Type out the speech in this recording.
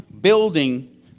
building